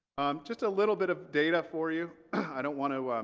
um just a little bit of data for you i don't want to